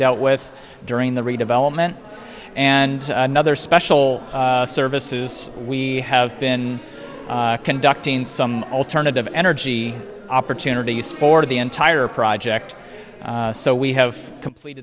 dealt with during the redevelopment and another special services we have been conducting some alternative energy opportunities for the entire project so we have complete